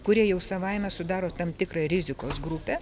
kurie jau savaime sudaro tam tikrą rizikos grupę